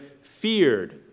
feared